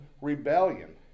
rebellion